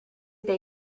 they